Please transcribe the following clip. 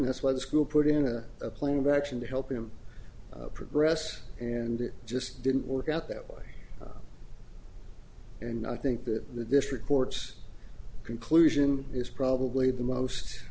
a school put in a plan of action to help him progress and it just didn't work out that way and i think that the district court's conclusion is probably the most